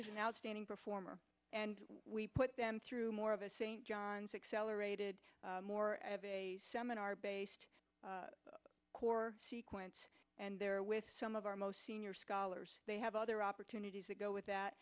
who's an outstanding performer and we put them through more of a st john's accelerated more seminar based corps sequence and there with some of our most senior scholars they have other opportunities to go with that